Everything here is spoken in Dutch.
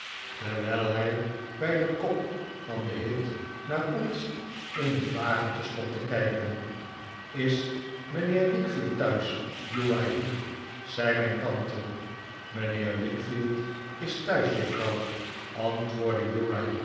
terwijl hij bij den kop van den hit naar ons in het wagentje stond te kijken is mijnheer wickfield thuis uriah heep zei mijn tante mijnheer wickfield is thuis juffrouw antwoordde